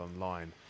online